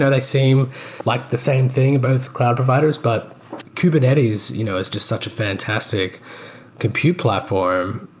yeah they seem like the same thing, both cloud providers, but kubernetes you know is just such a fantastic compute platform.